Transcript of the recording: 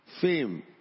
fame